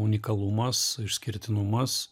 unikalumas išskirtinumas